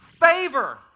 Favor